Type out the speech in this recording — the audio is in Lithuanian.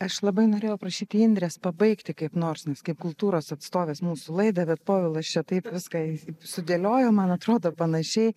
aš labai norėjau aprašyti indrės pabaigti kaip nors nes kaip kultūros atstovės mūsų laidą bet povilas čia taip viską sudėliojo man atrodo panašiai